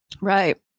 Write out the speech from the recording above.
Right